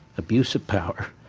abuse of powers